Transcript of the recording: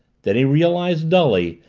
then he realized dully,